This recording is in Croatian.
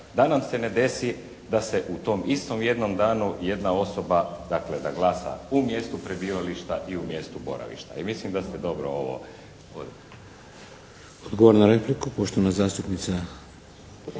da nam se ne desi da u tom istom danu jedna osoba dakle da glasa u mjestu prebivališta i u mjestu boravišta. I mislim da ste dobro ovo …/Govornik se ne razumije./…